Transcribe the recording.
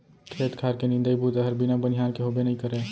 खेत खार के निंदई बूता हर बिना बनिहार के होबे नइ करय